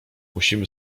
musimy